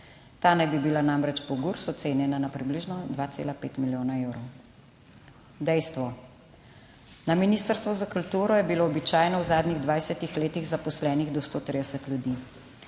Ta naj bi bila namreč po GURS ocenjena na približno 2,5 milijona evrov. Dejstvo; na Ministrstvu za kulturo je bilo običajno v zadnjih 20 letih zaposlenih do 130 ljudi.